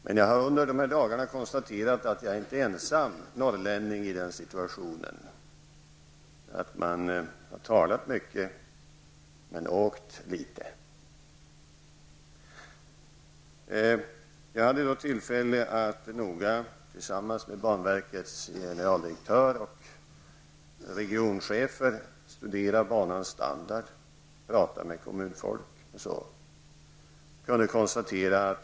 Men under de senaste dagarna har jag kunnat konstatera att jag inte är ensam norrlänning i den situationen, nämligen den att man har talat mycket, men åkt litet. Under min resa hade jag tillsammans med banverkets generaldirektör och regionchefer tillfälle att noga studera banans standard och tala med folk ute i kommunerna.